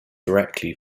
directly